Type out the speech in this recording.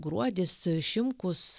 gruodis šimkus